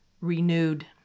renewed